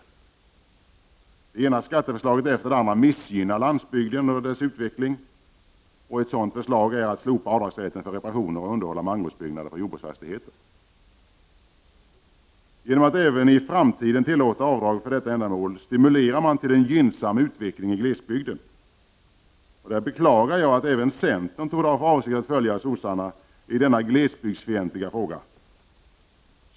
Det ena skatteförslaget efter det andra missgynnar landsbygden och dess utveckling. Ett sådant förslag är att slopa avdragsrätten för reparationer och underhåll av mangårdsbyggnader på jordbruksfastigheter. Genom att även i framtiden tillåta avdrag för detta ändamål stimulerar man till en gynnsam utveckling i glesbygden. Jag beklagar att även centern torde ha för avsikt att följa sossarna i denna glesbygdsfientliga fråga.